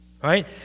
right